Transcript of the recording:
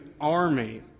army